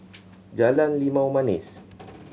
Jalan Limau Manis